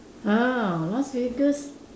!huh! Las-Vegas